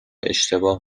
اشتباه